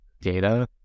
data